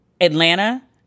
Atlanta